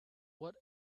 what